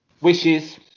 Wishes